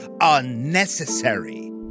unnecessary